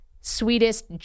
sweetest